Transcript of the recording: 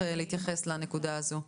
צריך להתייחס לנקודה הזו.